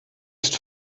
ist